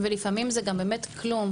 שלום לכולם,